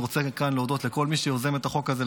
כאן אני רוצה להודות לכל מי שיזם את החוק הזה,